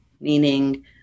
meaning